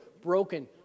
broken